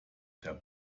der